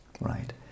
right